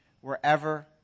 wherever